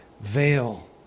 veil